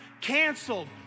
canceled